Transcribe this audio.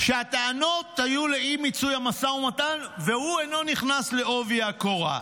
שהטענות היו על אי-מיצוי המשא ומתן והוא אינו נכנס בעובי הקורה.